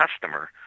customer